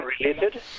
related